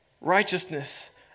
Righteousness